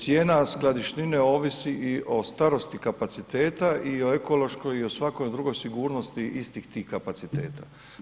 Cijena skladišnine ovisi i o starosti kapaciteta i o ekološkoj i o svakoj drugoj sigurnosti istih tih kapaciteta.